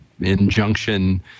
injunction